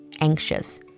Anxious